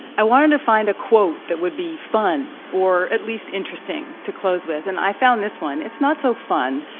i wanted to find a quote that would be fun or at least interesting to close with, and i found this one. it's not so fun,